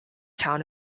town